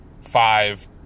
five